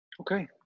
Okay